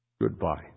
Goodbye